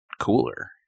cooler